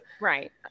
Right